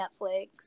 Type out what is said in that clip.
Netflix